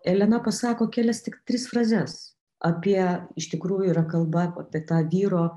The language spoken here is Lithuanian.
elena pasako kelias tik tris frazes apie iš tikrųjų yra kalba apie tą vyro